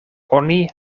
oni